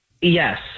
Yes